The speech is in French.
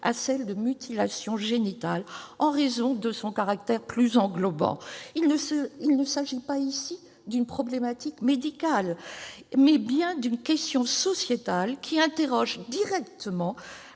à celle de « mutilations génitales » en raison de son caractère plus englobant. Il ne s'agit pas ici d'une problématique médicale, mais bien d'une question sociétale qui interroge directement